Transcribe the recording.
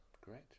Great